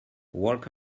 walk